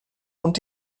und